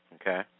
Okay